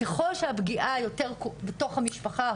ככול שהפגיעה בתוך המשפחה,